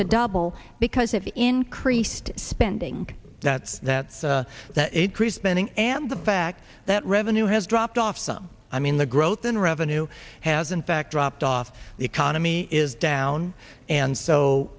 to double because of increased spending that's that's that increase spending and the fact that revenue has dropped off some i mean the growth in revenue has in fact dropped off the economy is down and so